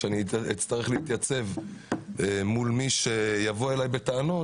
כשאני אצטרך להתייצב מול מי שיבוא אלי בטענות,